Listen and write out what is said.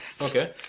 Okay